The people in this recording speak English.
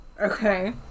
okay